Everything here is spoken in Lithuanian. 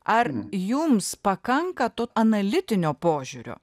ar jums pakanka to analitinio požiūrio